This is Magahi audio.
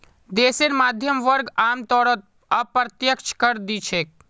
देशेर मध्यम वर्ग आमतौरत अप्रत्यक्ष कर दि छेक